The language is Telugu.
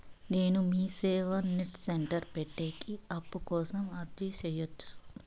నేను మీసేవ నెట్ సెంటర్ పెట్టేకి అప్పు కోసం అర్జీ సేయొచ్చా?